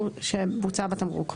(preservation challenge test) שבוצע בתמרוק,